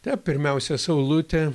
ta pirmiausia saulutė